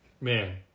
Man